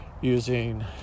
using